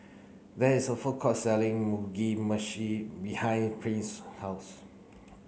there is a food court selling Mugi Meshi behind Prince's house